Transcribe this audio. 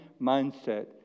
mindset